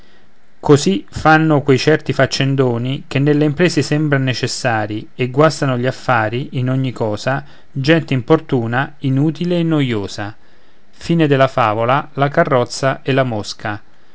così fanno quei certi faccendoni che nelle imprese sembran necessari e guastano gli affari in ogni cosa gente importuna inutile e noiosa x